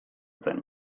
zen